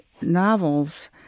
novels